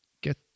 get